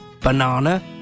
banana